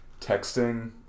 texting